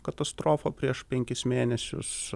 katastrofą prieš penkis mėnesius